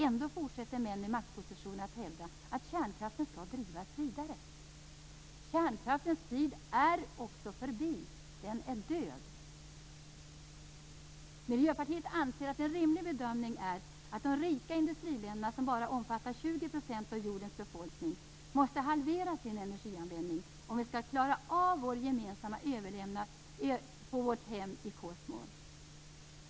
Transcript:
Ändå fortsätter män i maktpositioner att hävda att kärnkraften skall drivas vidare. Kärnkraftens tid är också förbi. Den är död. Miljöpartiet anser att en rimlig bedömning är att de rika industriländerna, som bara omfattar 20 % av jordens befolkning, måste halvera sin energianvändning om vi skall klara av vår gemensamma överlevnad på vårt hem i kosmos.